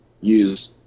use